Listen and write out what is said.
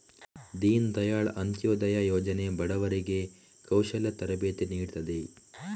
ದೀನ್ ದಯಾಳ್ ಅಂತ್ಯೋದಯ ಯೋಜನೆ ಬಡವರಿಗೆ ಕೌಶಲ್ಯ ತರಬೇತಿ ನೀಡ್ತದೆ